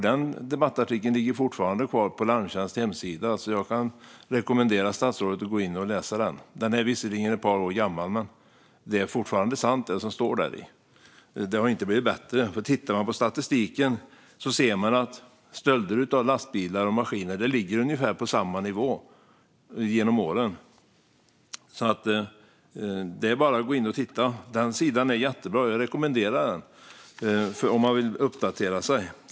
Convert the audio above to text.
Den debattartikeln ligger fortfarande kvar på Larmtjänsts hemsida, och jag kan rekommendera statsrådet att gå in och läsa den. Den är visserligen ett par år gammal, men det som står däri är fortfarande sant. Det har inte blivit bättre. Tittar man på statistiken ser man att stölder av lastbilar och maskiner ligger på ungefär samma nivå genom åren. Det är bara att gå in och titta. Sidan är jättebra; jag rekommenderar den om man vill uppdatera sig.